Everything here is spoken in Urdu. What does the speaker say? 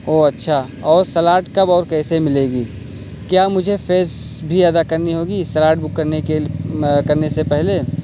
او اچھا اور سلاٹ کب اور کیسے ملے گی کیا مجھے فیس بھی ادا کرنی ہوگی سلاٹ بک کرنے کے کرنے سے پہلے